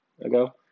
ago